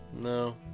No